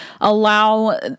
allow